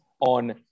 on